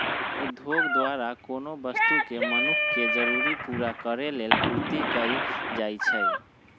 उद्योग द्वारा कोनो वस्तु के मनुख के जरूरी पूरा करेलेल पूर्ति कएल जाइछइ